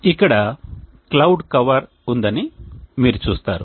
ఇక్కడ cloud cover ఉందని మీరు చూస్తారు